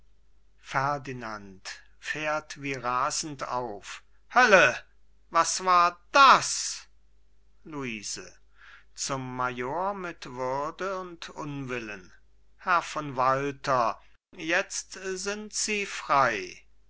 auf hölle was war das luise zum major mit würde und unwillen herr von walter jetzt sind sie frei